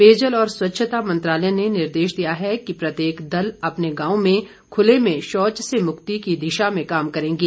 पेयजल और स्वच्छता मंत्रालय ने निर्देश दिया है कि प्रत्येक दल अपने गांव में खुले में शौच से मुक्ति की दिशा में काम करेंगे